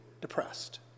depressed